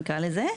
נקרא לזה.